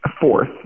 Fourth